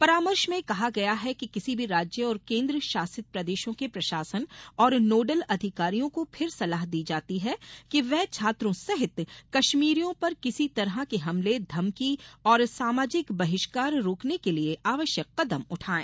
परामर्श में कहा गया है किसी भी राज्य और केंद्रशासित प्रदेशों के प्रशासन और नोडल अधिकारियों को फिर सलाह दी जाती है कि वे छात्रों सहित कश्मीरियों पर किसी तरह के हमले धमकी और सामाजिक बहिष्कार रोकने के लिए आवश्यक कदम उठाएं